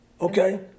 Okay